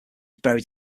buried